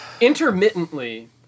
intermittently